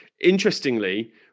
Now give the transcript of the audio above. interestingly